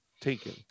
Taken